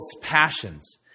passions